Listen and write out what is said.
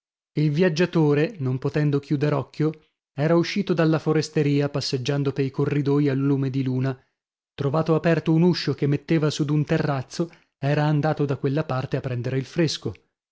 il viaggiatore non potendo chiuder occhio era uscito dalla foresteria passeggiando poi corridoi a lume di luna trovato aperto un uscio che metteva su d'un terrazzo era andato da quella parte a prendere il fresco